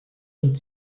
und